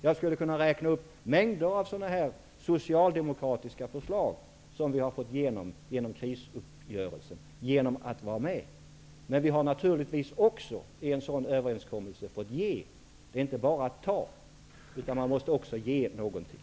Jag skulle kunna räkna upp mängder av sådana här socialdemokratiska förslag som vi har fått igenom därför att vi var med om krisuppgörelsen. Men vi har naturligtvis också i en sådan överenskommelse fått ge. Det är inte bara att ta, man måste också ge någonting.